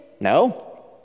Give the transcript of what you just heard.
No